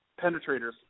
penetrators